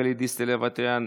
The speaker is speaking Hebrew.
גלית דיסטל אטבריאן,